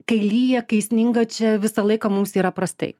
kai lyja kai sninga čia visą laiką mums yra prastai